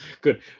good